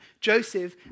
Joseph